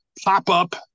pop-up